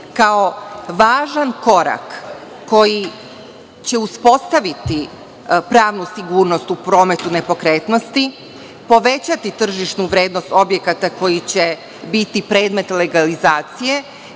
kao važan korak koji će uspostaviti pravnu sigurnost u prometu nepokretnosti, povećati tržišnu vrednost objekata koji će biti predmet legalizacije,